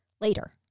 later